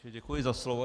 Děkuji za slovo.